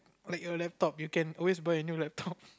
like a laptop you can always buy a new laptop